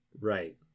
Right